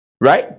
Right